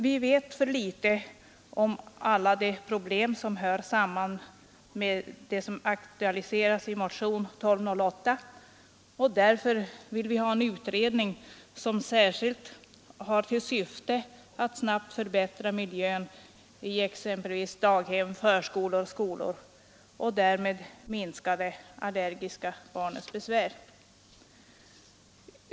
Man vet för litet om alla de problem som aktualiseras i motion 1208, och därför vill vi ha en utredning som särskilt har till syfte att snabbt förbättra miljön i daghem, förskolor och skolor och därmed minska de allergiska barnens besvär.